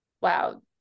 Wow